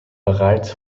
bereits